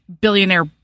billionaire